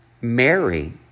Mary